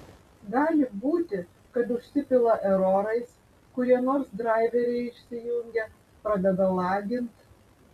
gali būti kad užsipila erorais kurie nors draiveriai išsijungia pradeda lagint